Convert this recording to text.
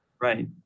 Right